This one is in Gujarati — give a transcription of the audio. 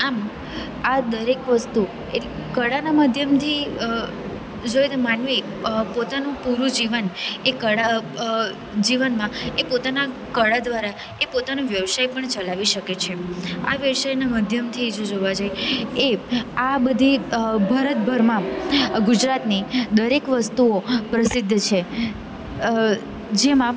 આમ આ દરેક વસ્તુ એક કળાના માધ્યમથી જોઈએ તો માનવી પોતાનું પૂરું જીવન કળા એ જીવનમાં એ પોતાના કળા દ્વારા એ પોતાનો વ્યવસાય પણ ચલાવી શકે છે આ વ્યવસાયના માધ્યમથી જો જોવા જઈએ આ બધી ભારતભરમાં ગુજરાતની આ વસ્તુઓ પ્રસિદ્ધ છે જેમાં